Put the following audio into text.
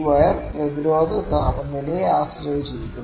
wire പ്രതിരോധ താപനിലയെ ആശ്രയിച്ചിരിക്കുന്നു